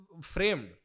framed